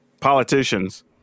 politicians